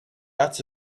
out